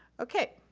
okay,